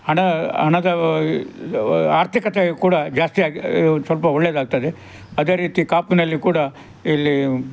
ಹಣ ಹಣದ ಆರ್ಥಿಕತೆಯು ಕೂಡ ಜಾಸ್ತಿಯಾಗಿ ಸ್ವಲ್ಪ ಒಳ್ಳೆಯದಾಗ್ತದೆ ಅದೇ ರೀತಿ ಕಾಪುನಲ್ಲಿ ಕೂಡ ಇಲ್ಲಿ